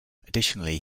additionally